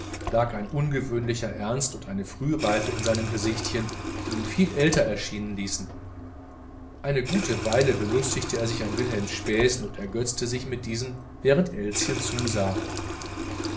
lag ein ungewöhnlicher ernst und eine frühreife in seinem gesicht die ihn viel älter erscheinen ließen eine gute weile belustigte er sich an wilhelms spässen und ergötzte sich mit diesem während elschen zusah